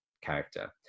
character